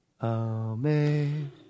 amazing